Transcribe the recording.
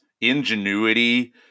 ingenuity